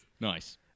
Nice